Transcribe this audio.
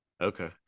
okay